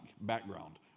background